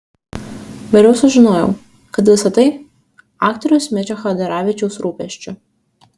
vėliau sužinojau kad visa tai aktoriaus mečio chadaravičiaus rūpesčiu